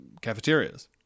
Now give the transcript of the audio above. cafeterias